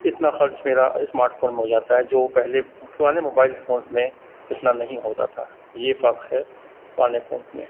اتنا خرچ میرا اسمارٹ فون میں ہو جاتا ہے جو پہلے والے موبائلس فونس میں اتنا نہیں ہوتا تھا یہ فرق ہے پرانے فونس میں